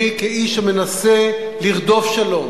אני, כאיש המנסה לרדוף שלום